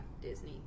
Disney